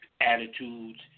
attitudes